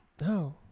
No